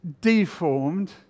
deformed